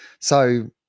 So-